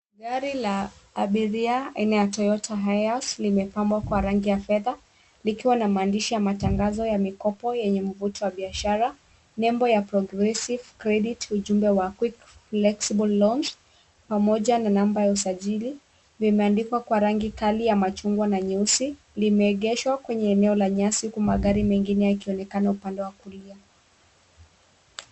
Gari la abiria aina ya Toyota Hiace limepambwa kwa rangi ya fedha likiwa na maandishi ya matangazo ya mikopo yenye mvuto wa biashara, nembo ya Progressive Credit , ujumbe wa quick flexible loans pamoja na namba ya usajili vimeandikwa kwa rangi kali ya machungwa na nyeusi limeegeshwa kwenye eneo la nyasi huku magari mengine yakionekana upande wa kulia.